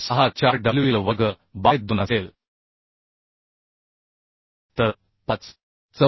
64WL वर्ग by 2 असेल तर 5